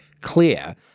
clear